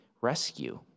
rescue